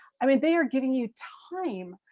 i mean they are giving you time.